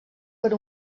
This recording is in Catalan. per